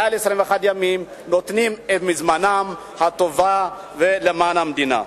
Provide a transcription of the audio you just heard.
נותנים מזמנם הטוב למען המדינה.